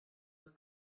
das